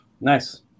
Nice